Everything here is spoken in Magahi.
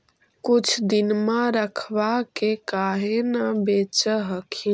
कुछ दिनमा रखबा के काहे न बेच हखिन?